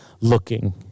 looking